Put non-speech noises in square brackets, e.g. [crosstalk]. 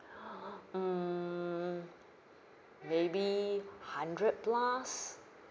[breath] mm maybe hundred plus